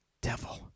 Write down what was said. devil